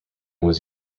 was